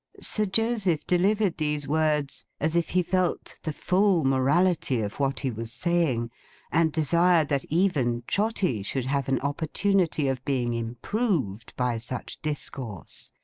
sir joseph delivered these words as if he felt the full morality of what he was saying and desired that even trotty should have an opportunity of being improved by such discourse.